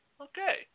Okay